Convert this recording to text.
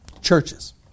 Churches